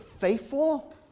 faithful